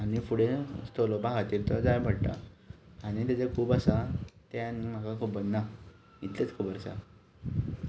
आनी फुडें चलोपा खातीर तो जाय पडटा आनी ताजेर खूब आसा ते आनी म्हाका खबर ना इतलेंच खबर आसा